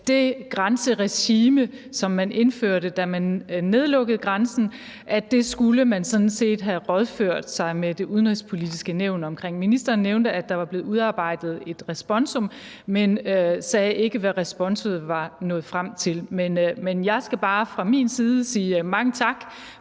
det grænseregime, som man indførte, da man lukkede grænsen, skulle man sådan set have rådført sig med Det Udenrigspolitiske Nævn om. Ministeren nævnte, at der var blevet udarbejdet et responsum, men sagde ikke, hvad responsummet var nået frem til. Men jeg skal bare fra min side sige mange tak,